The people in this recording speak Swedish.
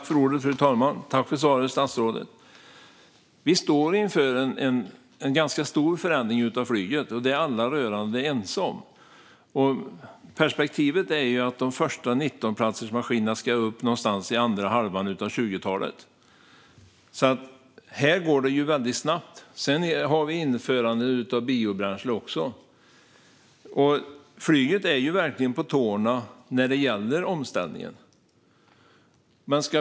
Fru talman! Vi står inför en ganska stor förändring av flyget, och det är alla rörande ense om. Perspektivet är att de första 19-platsersmaskinerna ska upp någon gång under andra halvan av 2020-talet. Det går alltså ganska snabbt. Vi har också införandet av biobränsle. Flyget är alltså verkligen på tårna när det gäller omställningen.